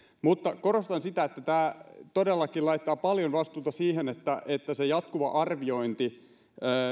mutta korostan sitä että tämä todellakin laittaa paljon vastuuta siihen että jatkuva arviointi